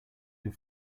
your